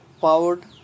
Powered